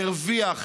הרוויח.